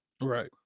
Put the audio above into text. right